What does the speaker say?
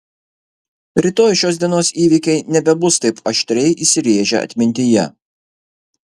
rytoj šios dienos įvykiai nebebus taip aštriai įsirėžę atmintyje